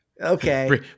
okay